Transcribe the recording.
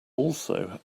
also